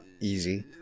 easy